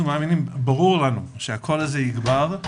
וברור לנו, שהקול הזה יגבר,